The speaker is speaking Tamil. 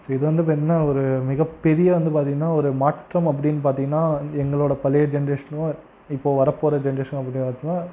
ஸோ இது வந்து பார்த்தீங்கன்னா ஒரு மிகப்பெரிய வந்து பார்த்தீங்கன்னா ஒரு மாற்றம் அப்படின்னு பார்த்தீங்கன்னா எங்களோடய பழைய ஜெனரேஷனும் இப்போ வரப்போகிற ஜெனரேஷனும்